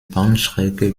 bahnstrecke